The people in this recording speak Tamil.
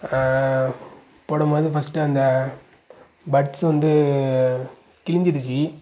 போன மாதம் ஃபஸ்ட்டு அந்த பட்ஸ் வந்து கிழிஞ்சிடுச்சு